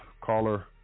caller